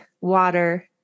water